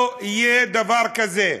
לא יהיה דבר כזה.